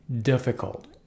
difficult